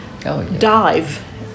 dive